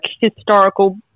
historical